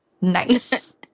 nice